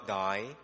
die